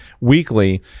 Weekly